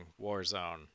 Warzone